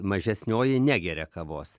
mažesnioji negeria kavos